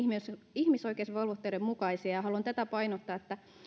ihmisoikeusvelvoitteiden mukaisia haluan tätä painottaa että